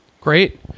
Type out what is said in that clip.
Great